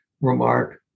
remark